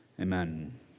Amen